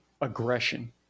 aggression